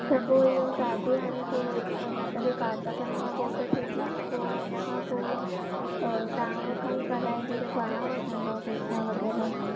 त पोइ इहो शादी हाणे पोइ न त कार्तिकनि खां पोइ त थींदी न पोइ हुनखां पोइ तव्हां मूंखा ई कराइॿी त घणा वठंदौ पेसा वग़ैरह